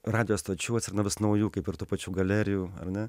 radijo stočių atsiranda vis naujų kaip ir tų pačių galerijų ar ne